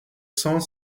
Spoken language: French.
cent